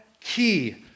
key